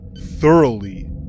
thoroughly